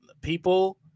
people